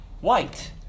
White